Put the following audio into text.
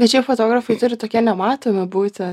bet šiaip fotografai turi tokie nematomi būti